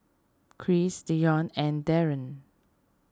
Chris Dijon and Daryn